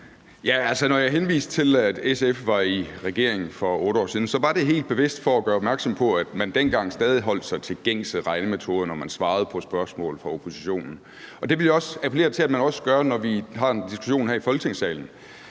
Når jeg henviste til, at SF var i regering for 8 år siden, var det helt bevidst for at gøre opmærksom på, at man dengang stadig holdt sig til gængse regnemetoder, når man svarede på spørgsmål fra oppositionen, og det vil jeg appellere til at man også gør, når vi har en diskussion her i Folketingssalen.